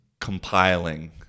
compiling